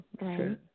Right